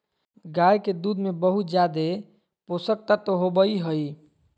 गाय के दूध में बहुत ज़्यादे पोषक तत्व होबई हई